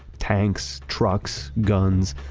tanks, trucks, guns.